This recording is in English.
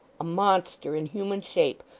a monster in human shape,